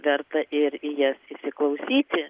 verta ir į jas įsiklausyti